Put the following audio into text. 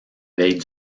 veille